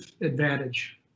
advantage